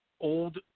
old –